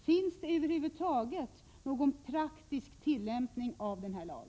Finns det över huvud taget någon praktisk tillämpning av denna lag?